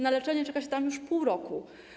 Na leczenie czeka się tam już pół roku.